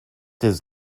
his